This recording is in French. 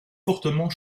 fortement